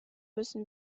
müssen